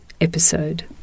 episode